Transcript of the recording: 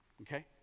Okay